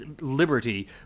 liberty